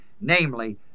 namely